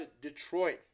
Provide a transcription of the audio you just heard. Detroit